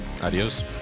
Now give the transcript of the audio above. Adios